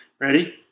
Ready